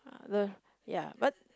uh the ya but